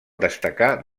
destacar